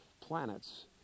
planets